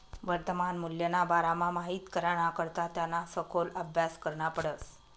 वर्तमान मूल्यना बारामा माहित कराना करता त्याना सखोल आभ्यास करना पडस